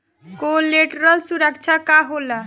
Collateral सुरक्षा का होला?